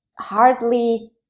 hardly